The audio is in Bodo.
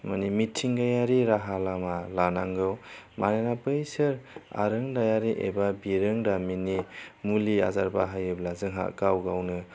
मानि मिथिंगायारि राहा लामा लानांगौ मानोना बैसोर आरोंदायारि एबा बिरोंदामिननि मुलि आजार बाहायोब्ला जोंहा गाव गावनो